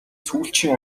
сүүлчийн